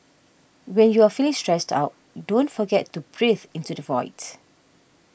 when you are feeling stressed out don't forget to breathe into the void